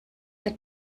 der